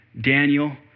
Daniel